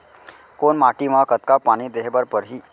कोन माटी म कतका पानी देहे बर परहि?